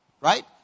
Right